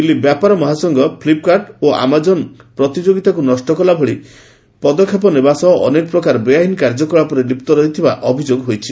ଦିଲ୍ଲୀ ବ୍ୟାପାର ମହାସଂଘ ଫ୍ଲିପ୍କାର୍ଟ ଓ ଆମାଜନ ପ୍ରତିଯୋଗିତାକୁ ନଷ୍ଟକଲାଭଳି ପଦକ୍ଷେପ ନେବା ସହ ଅନେକ ପ୍ରକାର ବେଆଇନ କାର୍ଯ୍ୟକଳାପରେ ଲିପ୍ତ ଥିବାର ଅଭିଯୋଗ ହୋଇଛି